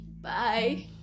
Bye